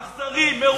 אכזרי, מרושע.